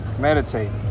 Meditate